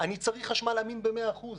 אני צריך חשמל אמין במאה אחוז,